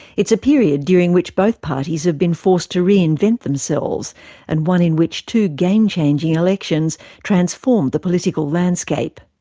it's a period during which both parties have been forced to reinvent themselves and one in which two game-changing elections transformed the political landscape.